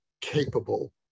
capable